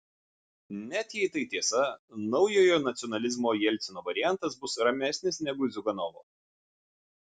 net jei tai tiesa naujojo nacionalizmo jelcino variantas bus ramesnis negu ziuganovo